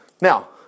Now